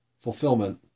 fulfillment